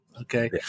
okay